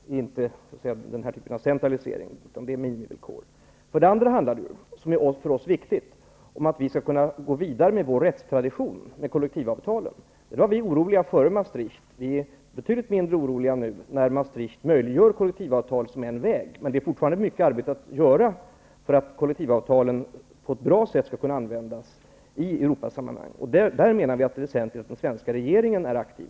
Det är alltså inte fråga om centralisering, utan det är minivillkor. För det andra handlar det om -- och det är viktigt för oss -- att vi skall kunna gå vidare med vår rättstradition när det gäller kollektivavtalen. På den punkten var vi oroliga före Masstricht, men vi är betydligt mindre oroliga nu, när Masstrichtavtalen medger kollektivavtal som en väg. Men det är fortfarande mycket arbete som återstår för att kollektivavtalen skall kunna användas på ett bra sätt i Europasammanhang. Vi menar att det är väsentligt att den svenska regeringen är aktiv.